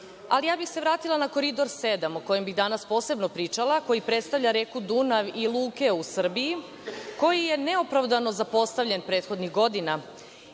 ja bih se vratila na Koridor 7, o kome bih danas posebno pričala, koji predstavlja reku Dunav i luke u Srbiji, koji je neopravdano zapostavljen prethodnih godina.